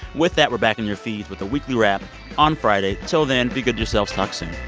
with that, we're back in your feeds with the weekly wrap on friday. till then, be good yourselves. talk soon